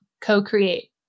co-create